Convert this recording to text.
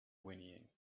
whinnying